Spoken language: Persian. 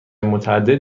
متعدد